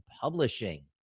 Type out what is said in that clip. Publishing